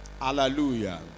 Hallelujah